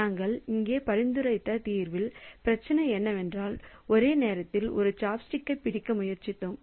நாங்கள் இங்கே பரிந்துரைத்த தீர்வில் பிரச்சனை என்னவென்றால் ஒரு நேரத்தில் ஒரு சாப்ஸ்டிக்கைப் பிடிக்க முயற்சித்தோம்